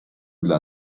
dla